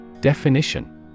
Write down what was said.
Definition